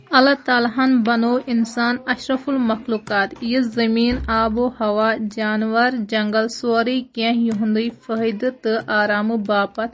اللہ تعالٰی ہن بَنو اِنسان اشرف المخلوقات یُس زٔمیٖن آبو ہوا جاناوار جنگل سورُے کیٚنٛہہ یِہُندٕے فٲیدٕ تہٕ آرامہٕ باپَتھ